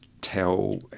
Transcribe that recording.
tell